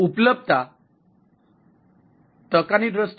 ઉપલબ્ધતા 1 10